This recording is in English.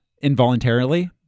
involuntarily